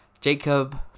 jacob